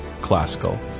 Classical